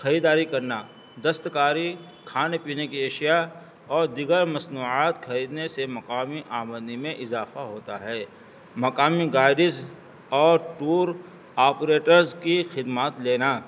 خریداری کرنا دستکاری کھانے پینے کی اشیاء اور دیگر مصنوعات خریدنے سے مقامی آمنی میں اضافہ ہوتا ہے مقامی گارییز اور ٹور آپریٹرز کی خدمات لینا